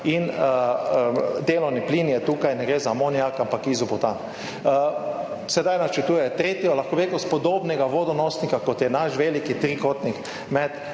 in delovni plin je tukaj, ne gre za amonijak, ampak izobutan. Sedaj načrtujejo tretjo, lahko bi rekel iz podobnega vodonosnika, kot je naš veliki trikotnik med,